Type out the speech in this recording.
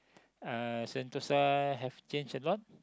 uh Sentosa have changed a lot